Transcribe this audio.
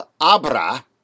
ABRA